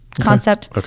concept